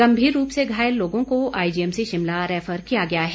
गंभीर रूप से घायल लोगों को आईजीएमसी शिमला रैफर किया गया है